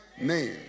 name